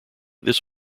this